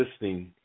listening